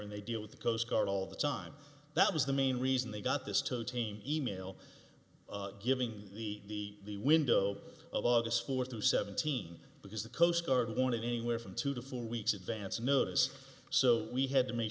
and they deal with the coast guard all the time that was the main reason they got this to tame email giving the window of august fourth to seventeen because the coast guard wanted anywhere from two to four weeks advance notice so we had to make